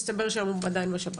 מסתבר שהיום הוא עדיין בשב"ס.